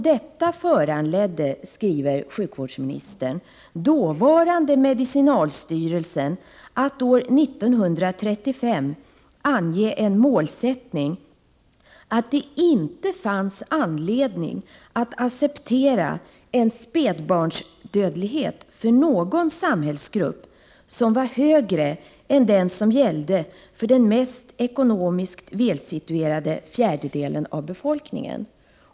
Detta föranledde, skriver sjukvårdsministern, dåvarande medicinalstyrelsen att år 1935 ange en målsättning — att det inte fanns anledning att acceptera en spädbarnsdödlighet för någon samhällsgrupp som var högre än den som gällde för den ekonomiskt mest välsituerade fjärdedelen av befolkningen.